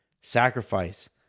sacrifice